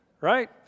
right